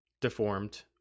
deformed